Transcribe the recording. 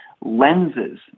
lenses